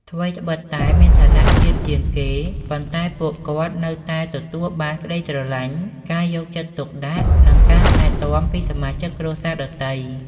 ថ្វីត្បិតតែមានឋានៈទាបជាងគេ ប៉ុន្តែពួកគាត់នៅតែទទួលបានក្តីស្រលាញ់ ការយកចិត្តទុកដាក់ និងការថែទាំពីសមាជិកគ្រួសារដទៃ។